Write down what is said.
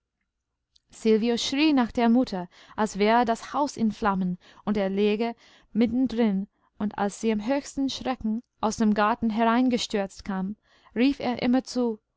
nach der mutter als wäre das haus in flammen und er läge mitten drin und als sie im höchsten schrecken aus dem garten hereingestürzt kam rief er immer zu